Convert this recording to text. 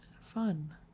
fun